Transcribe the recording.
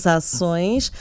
ações